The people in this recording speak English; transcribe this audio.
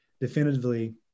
definitively